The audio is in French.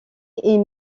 est